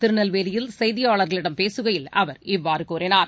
திருநெல்வேலியில் செய்தியாளர்களிடம் பேசுகையில் அவர் இவ்வாறுகூறினார்